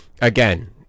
again